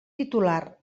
titular